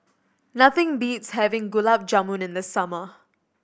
nothing beats having Gulab Jamun in the summer